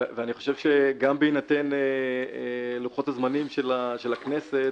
אני חושב שגם בהינתן לוחות הזמנים של הכנסת,